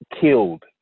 killed